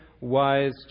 wise